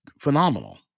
phenomenal